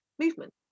movement